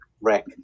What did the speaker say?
wreck